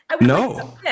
No